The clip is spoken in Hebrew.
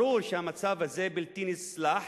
ברור שהמצב הזה בלתי נסלח